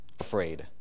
afraid